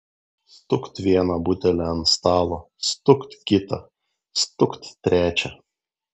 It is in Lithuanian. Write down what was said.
stukt vieną butelį ant stalo stukt kitą stukt trečią